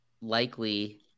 likely